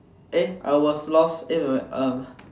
eh I was lost um